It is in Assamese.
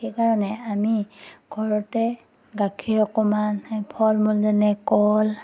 সেইকাৰণে আমি ঘৰতে গাখীৰ অকণমান ফল মূল যেনে কল